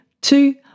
two